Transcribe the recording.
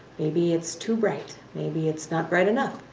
maybe it's too bright, maybe it's not bright enough.